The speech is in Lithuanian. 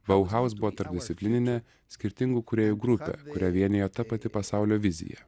bauhaus buvo tarpdisciplininė skirtingų kūrėjų grupė kurią vienijo ta pati pasaulio vizija